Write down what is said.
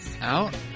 out